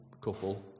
couple